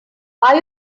are